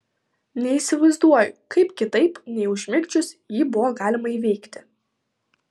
neįsivaizduoju kaip kitaip nei užmigdžius jį buvo galima įveikti